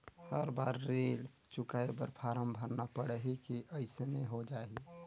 हर बार ऋण चुकाय बर फारम भरना पड़ही की अइसने हो जहीं?